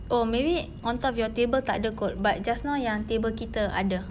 oh maybe on top of your table tak ada kot but just now yang table kita ada